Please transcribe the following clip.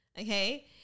Okay